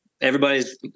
everybody's